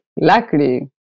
luckily